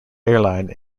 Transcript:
airline